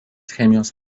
chemijos